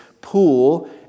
pool